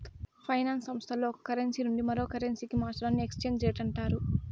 finance సంస్థల్లో ఒక currency నుండి మరో కరెన్సీకి మార్చడాన్ని ఎక్స్చేంజ్ రేట్ అంటారు